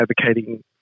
advocating